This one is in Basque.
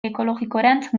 ekologikorantz